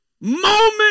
moment